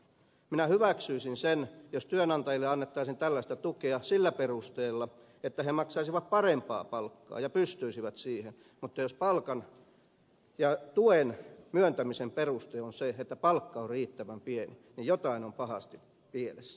minä hyväksyisin sen jos työnantajille annettaisiin tällaista tukea sillä perusteella että he maksaisivat parempaa palkkaa ja pystyisivät siihen mutta jos palkan ja tuen myöntämisen peruste on se että palkka on riittävän pieni niin jotain on pahasti pielessä